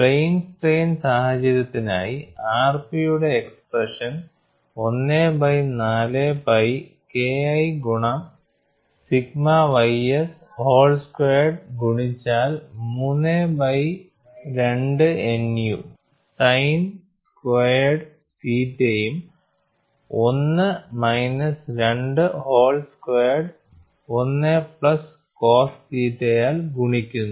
plain strain സാഹചര്യത്തിനായി rp യുടെ expression 1 by 4 pi KI ഗുണനം സിഗ്മ ys ഹോൾ സ്ക്വയേർഡ് ഗുണിച്ചാൽ 3 ബൈ 2 nu സൈൻ സ്ക്വയേർഡ് തീറ്റയും 1 minus 2 whole squared 1 plus cos theta യാൽ ഗുണിക്കുന്നു